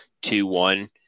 two-one